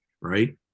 right